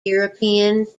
european